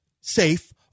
safe